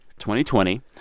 2020